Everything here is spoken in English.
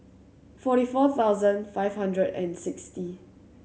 forty four thousand five hundred and sixty